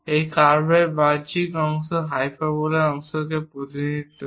এবং কার্ভর বাহ্যিক অংশ হাইপারবোলার অংশকে প্রতিনিধিত্ব করে